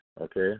okay